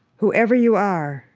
whoever you are,